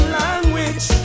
language